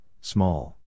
small